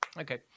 Okay